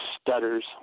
stutters